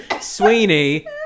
Sweeney